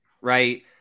right